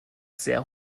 sehr